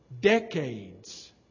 decades